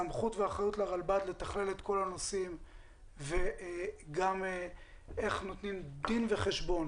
סמכות ואחריות לרלב"ד לתכלל את כל הנושאים וגם איך נותנים דין וחשבון